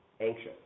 anxious